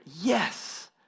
Yes